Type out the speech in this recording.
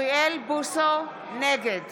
בוסו, נגד